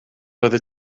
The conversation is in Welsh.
oeddet